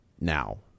now